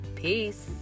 Peace